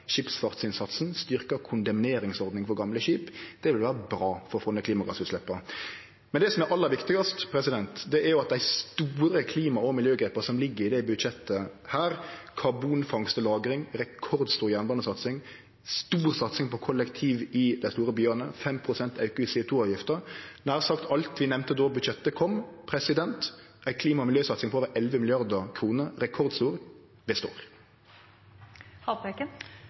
skipsfartsinnsatsen og styrkjar kondemneringsordninga for gamle skip. Det vil vere bra for å få ned klimagassutsleppa. Det som er aller viktigast, er jo at dei store klima- og miljøgrepa som ligg i dette budsjettet – karbonfangst og -lagring, rekordstor jernbanesatsing, stor satsing på kollektivtransport i dei store byane, 5 pst. auke i CO 2 -avgifta, nær sagt alt vi nemnde då budsjettet kom, ei rekordstor klima- og miljøsatsing på over